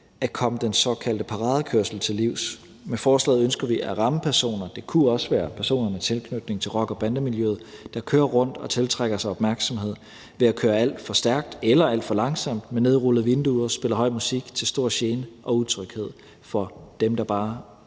at komme den såkaldte paradekørsel til livs. Med forslaget ønsker vi at ramme personer, og det kunne også være personer med tilknytning til rocker-bande-miljøet, der kører rundt og tiltrækker sig opmærksomhed ved at køre alt for stærkt eller alt for langsomt med nedrullede vinduer og spille høj musik til stor gene og utryghed for dem, der bare